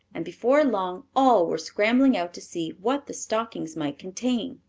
and before long all were scrambling out to see what the stockings might contain.